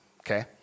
Okay